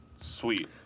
Sweet